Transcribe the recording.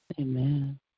Amen